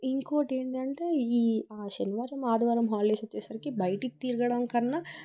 ఇంకోటి ఏంటంటే ఈ శనివారం ఆదివారం హాలిడేస్ వచ్చేసరికి బయటకు తిరగడం కన్నా